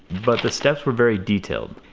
but the steps were very detailed.